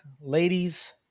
Ladies